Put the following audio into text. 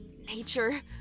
nature